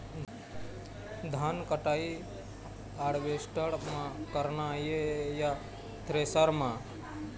धान कटाई हारवेस्टर म करना ये या थ्रेसर म?